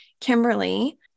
Kimberly